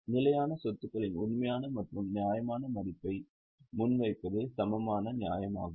நிலையான சொத்துகளின் உண்மையான மற்றும் நியாயமான மதிப்பை முன்வைப்பதே சமமான நியாயமாகும்